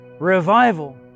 Revival